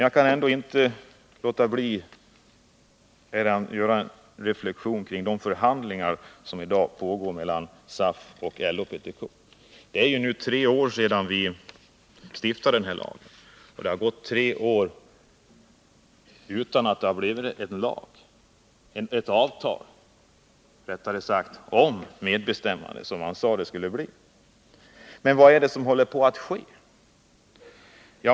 Jag kan inte låta bli att göra en reflexion kring de förhandlingar som i dag pågår mellan SAF och LO/PTK. Det är ju nu tre år sedan vi stiftade medbestämmandelagen, men dessa tre år har gått utan att den har blivit den lag eller det avtal om medbestämmande som man sade att den skulle bli. Vad är det som håller på att ske?